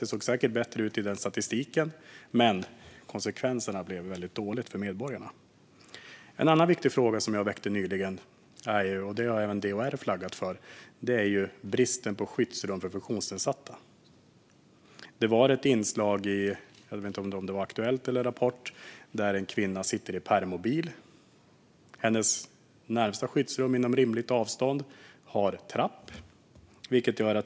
Det såg säkert bättre ut i den statistiken, men konsekvenserna blev väldigt dåliga för medborgarna. En annan viktig fråga som jag väckte nyligen - detta har även DHR flaggat för - gäller bristen på skyddsrum för funktionsnedsatta. Det var ett inslag på tv - jag vet inte om det var i Aktuellt eller Rapport - med en kvinna som sitter i permobil. Det är en trappa till hennes närmsta skyddsrum, inom rimligt avstånd.